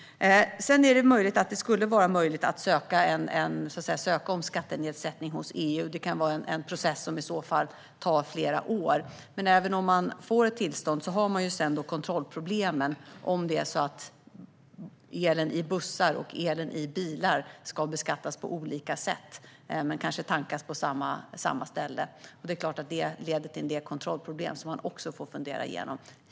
Det kan vara så att det skulle vara möjligt att ansöka om skattenedsättning hos EU. Det kan vara en process som i så fall tar flera år. Men även om man får ett tillstånd finns kontrollproblemen, om el i bussar och el i bilar ska beskattas på olika sätt men kanske tankas, så att säga, på samma ställe. Det är klart att det leder till en del kontrollproblem som man också får fundera igenom.